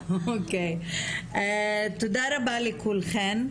תודה רבה לכולכן.